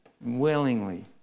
willingly